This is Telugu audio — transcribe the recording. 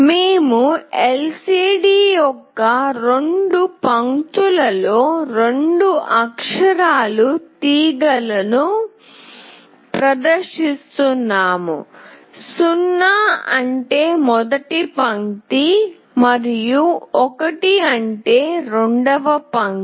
మేము LCD యొక్క రెండు పంక్తులలో రెండు అక్షరాల తీగలను ప్రదర్శిస్తున్నాము 0 అంటే మొదటి పంక్తి మరియు 1 అంటే రెండవ పంక్తి